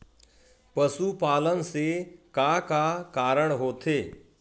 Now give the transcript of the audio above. पशुपालन से का का कारण होथे?